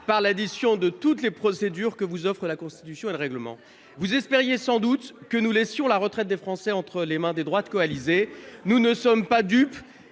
par l'addition de toutes les procédures que vous offrent la Constitution et le règlement. Vous espériez sans doute que nous laisserions la retraite des Français entre les mains des droites coalisées. » C'est le même discours